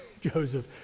Joseph